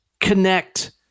connect